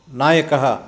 नायकः